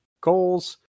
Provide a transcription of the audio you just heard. goals